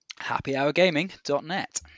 HappyHourGaming.net